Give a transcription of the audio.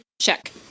check